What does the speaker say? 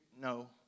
no